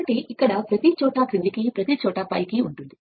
కాబట్టి ఇక్కడ ప్రతి చోట క్రిందికి ప్రతిచోటా పైకి ఉంటుంది